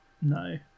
No